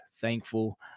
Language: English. thankful